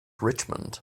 richmond